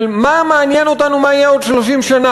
של מה מעניין אותנו מה יהיה עוד 30 שנה,